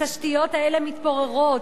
התשתיות האלה מתפוררות.